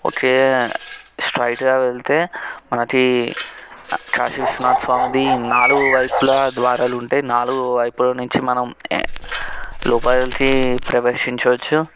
ఒకే స్ట్రైట్గా వెళ్తే మనకి కాశీ విశ్వనాథ స్వామిది నాలుగు వైపుల ద్వారాలుంటాయ్ నాలుగు వైపుల నుంచి మనం ఏ లోపలికి ప్రవేశించొచ్చు